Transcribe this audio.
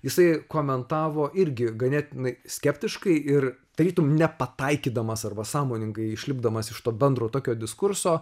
jisai komentavo irgi ganėtinai skeptiškai ir tarytum nepataikydamas arba sąmoningai išlipdamas iš to bendro tokio diskurso